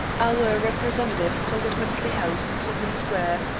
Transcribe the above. our representative called at wensley house, portman square,